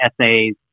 essays